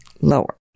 lower